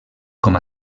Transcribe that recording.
com